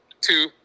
Two